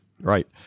Right